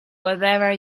wherever